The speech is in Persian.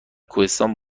کوهستان